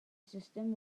system